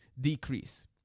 decrease